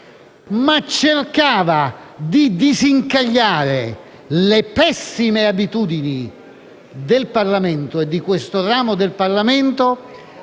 ma cercava di disincagliare le pessime abitudini del Parlamento, e di questo ramo del Parlamento,